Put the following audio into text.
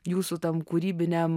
jūsų tam kūrybiniam